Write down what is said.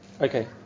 Okay